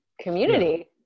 community